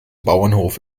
bauernhof